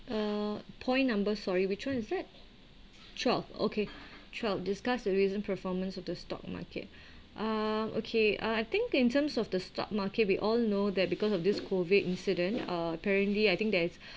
err point number sorry which [one] is that twelve okay twelve discuss the recent performance of the stock market um okay uh I think in terms of the stock market we all know that because of this COVID incident uh apparently I think that is